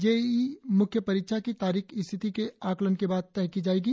JEE मुख्य परीक्षा की तारीख स्थिति के आकलन के बाद तय की जाएगी